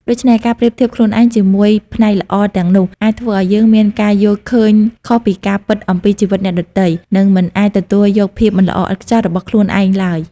ដូច្នេះ ការប្រៀបធៀបខ្លួនឯងជាមួយ ផ្នែកល្អទាំងនោះ អាចធ្វើឱ្យយើងមានការយល់ឃើញខុសពីការពិតអំពីជីវិតអ្នកដទៃ និងមិនអាចទទួលយកភាពមិនល្អឥតខ្ចោះរបស់ខ្លួនឯងឡើយ។